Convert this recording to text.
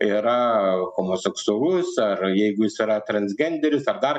yra homoseksualus ar jeigu jis yra transgenderis ar dar